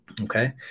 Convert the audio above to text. Okay